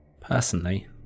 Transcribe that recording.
Personally